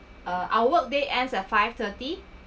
uh I work day ends at five thirty